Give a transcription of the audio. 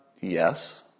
Yes